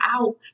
out